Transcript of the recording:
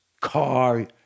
car